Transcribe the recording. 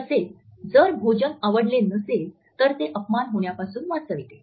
तसेच जर भोजन आवडले नसेल तर ते अपमान होण्यापासून वाचविते